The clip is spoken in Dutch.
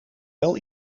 wel